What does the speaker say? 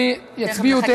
יצביעו,